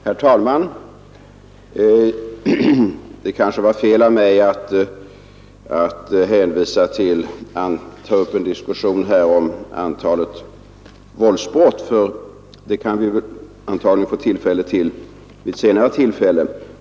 Herr talman! Det var kanske fel av mig att här ta upp en diskussion om antalet våldsbrott, ty detta kan vi antagligen få tillfälle till vid senare tidpunkt.